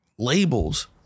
labels